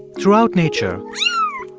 throughout nature.